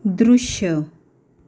दृश्य